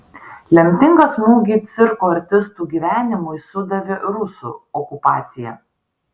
lemtingą smūgį cirko artistų gyvenimui sudavė rusų okupacija